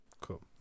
Cool